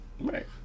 right